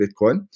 Bitcoin